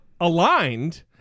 aligned